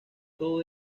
todo